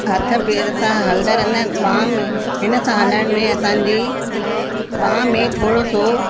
हथ पेर सां हलंदा रहंदा आहिनि ॿाह में हिन सां हलण में असांजी ॿाह में थोरो सो